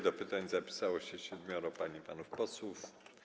Do pytań zapisało się siedmioro pań i panów posłów.